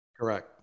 Correct